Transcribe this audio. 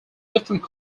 different